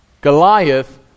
Goliath